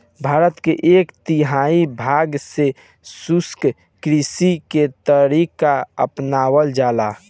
भारत के एक तिहाई भाग में शुष्क कृषि के तरीका अपनावल जाला